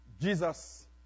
Jesus